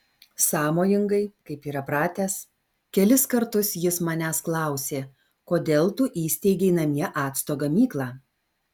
sąmojingai kaip yra pratęs kelis kartus jis manęs klausė kodėl tu įsteigei namie acto gamyklą